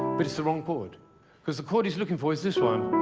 but it's the wrong chord because the chord he's looking for is this one,